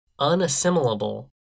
unassimilable